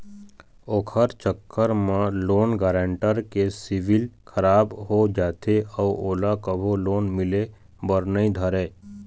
ओखर चक्कर म लोन गारेंटर के सिविल खराब हो जाथे अउ ओला कभू लोन मिले बर नइ धरय